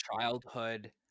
childhood